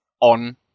on